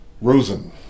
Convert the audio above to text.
Rosen